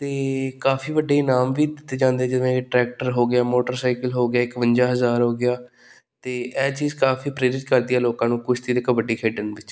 ਤਾਂ ਕਾਫ਼ੀ ਵੱਡੇ ਇਨਾਮ ਵੀ ਦਿੱਤੇ ਜਾਂਦੇ ਹੈ ਜਿਵੇਂ ਕਿ ਟ੍ਰੈਕਟਰ ਹੋ ਗਿਆ ਮੋਟਰ ਸਾਈਕਲ ਹੋ ਗਿਆ ਇਕਵੰਜਾ ਹਜ਼ਾਰ ਹੋ ਗਿਆ ਅਤੇ ਇਹ ਚੀਜ਼ ਕਾਫ਼ੀ ਪ੍ਰੇਰਿਤ ਕਰਦੀ ਹੈ ਲੋਕਾਂ ਨੂੰ ਕੁਸ਼ਤੀ ਅਤੇ ਕਬੱਡੀ ਖੇਡਣ ਵਿੱਚ